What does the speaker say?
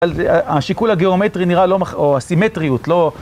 אבל השיקול הגיאומטרי נראה לא... או הסימטריות לא...